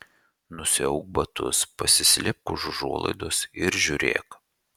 nusiauk batus pasislėpk už užuolaidos ir žiūrėk